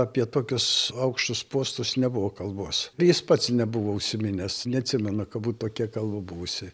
apie tokius aukštus postus nebuvo kalbos ir jis pats nebuvo užsiminęs neatsimena ka būt tokia kalba buvusi